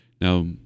Now